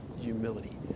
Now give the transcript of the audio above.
humility